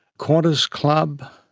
qantas club,